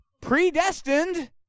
predestined